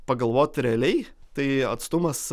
pagalvoti realiai tai atstumas